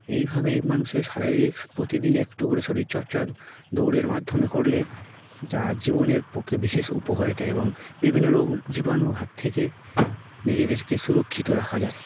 এইভাবেই মানুষের শারীরিক প্রতিদিন একটু করে শরীরচর্চা দৌড়ের মাধ্যমে করলে যা জীবনের পক্ষে বিশেষ উপকারিতা এবং বিভিন্ন রোগ জীবাণু হাত থেকে নিজেদেরকে সুরক্ষিত রাখা যায়